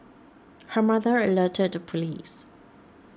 her mother alerted the police